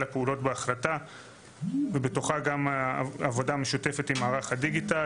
הפעולות בהחלטה ובתוכה גם עבודה משותפת עם מערך הדיגיטל.